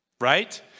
right